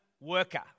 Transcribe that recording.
worker